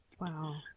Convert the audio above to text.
Wow